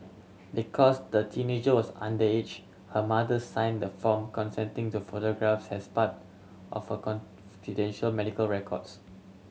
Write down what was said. because the teenager was underage her mother sign the form consenting to photographs as part of her confidential medical records